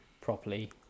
properly